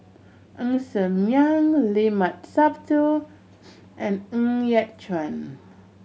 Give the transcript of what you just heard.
Ng Ser Miang Limat Sabtu and Ng Yat Chuan